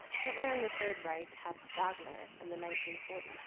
hitler and the third reich had wagner in the nineteen forty